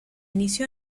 inició